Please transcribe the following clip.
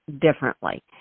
differently